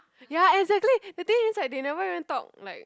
ya exactly the thing is like they never even talk like